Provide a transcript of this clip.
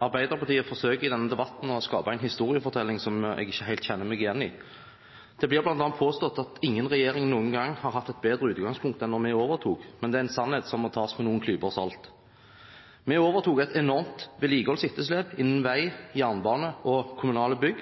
Arbeiderpartiet forsøker i denne debatten å skape en historiefortelling som jeg ikke helt kjenner meg igjen i. Det blir bl.a. påstått at ingen regjering noen gang har hatt et bedre utgangspunkt enn da vi overtok, men det er en sannhet som må tas med noen klyper salt. Vi overtok et enormt vedlikeholdsetterslep innen vei, jernbane og kommunale bygg,